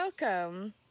Welcome